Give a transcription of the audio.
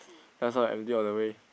that's why I empty all the way